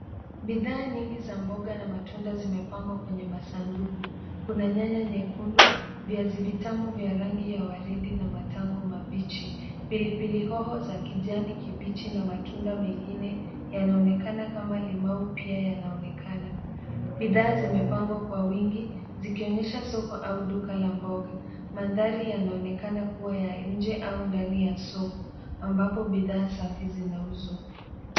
Bidhaa nyingi za mboga na matunda zimepangwa kwenye masanduku. Kuna nyanya nyekundu, viazi vitamu vya rangi ya waridi na matango mabichi, pilipili hoho za kijani kibichi na matunda mengine, yanaonekana kama limau pia yanaonekana. Bidhaa zimepangwa kwa wingi, zikionyesha soko au duka la mboga. Mandhari yanaonekana kuwa ya nje au ndani ya soko, ambapo bidhaa safi zinauzwa.